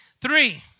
three